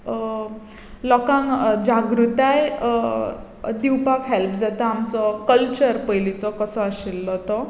लोकांक जागृताय दिवपाक हॅल्प जाता आमचो कल्चर पयलींचो कसो आशिल्लो तो